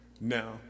now